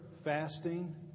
fasting